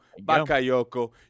Bakayoko